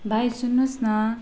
भाइ सुन्नुहोस् न